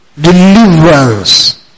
deliverance